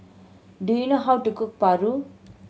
do you know how to cook paru